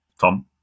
Tom